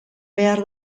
behar